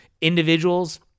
individuals –